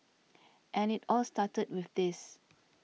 and it all started with this